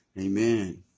Amen